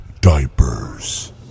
diapers